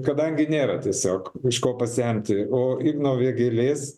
kadangi nėra tiesiog už kažko pasemti o igno vėgėlės